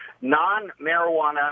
non-marijuana